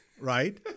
right